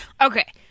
Okay